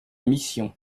mission